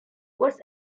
was